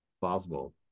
Possible